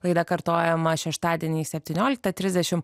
laida kartojama šeštadienį septynioliktą trisdešim